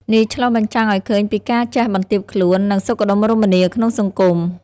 នេះឆ្លុះបញ្ចាំងឱ្យឃើញពីការចេះបន្ទាបខ្លួន និងសុខដុមរមនាក្នុងសង្គម។